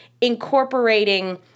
incorporating